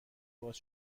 باز